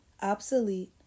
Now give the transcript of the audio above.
Obsolete